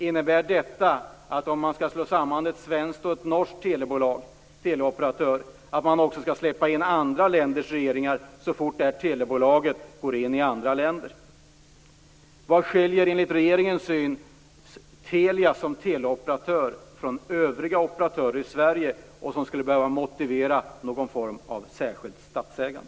Innebär detta att om man skall slå samman ett norskt och ett svenskt telebolag/teleoperatör, också skall släppa in andra länders regeringar så fort det telebolaget går in i andra länder? Vad skiljer enligt regeringens syn Telia som teleoperatör från övriga operatörer i Sverige och som kan motivera någon form av särskilt statsägande?